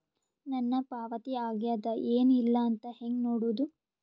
ನನ್ನ ಪಾವತಿ ಆಗ್ಯಾದ ಏನ್ ಇಲ್ಲ ಅಂತ ಹೆಂಗ ನೋಡುದು?